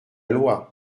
loi